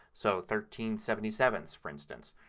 so thirteen seventy sevenths, for instance.